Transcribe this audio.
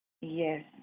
Yes